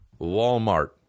Walmart